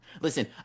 Listen